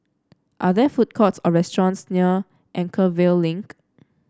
are there food courts or restaurants near Anchorvale Link